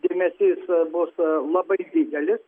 dėmesys bus labai didelis